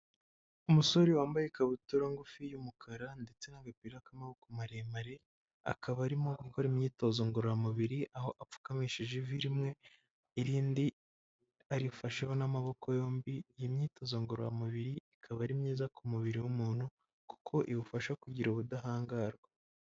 Umusore wambaye ikabutura ngufi y'umukara ndetse n'agapira k'amaboko maremare, akaba arimo gukora imyitozo ngororamubiri, aho apfukamishije ivi rimwe, irindi arifasheho n'amaboko yombi, iyi myitozo ngororamubiri ikaba ari myiza ku mubiri w'umuntu, kuko iwufasha kugira ubudahangarwa.